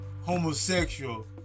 homosexual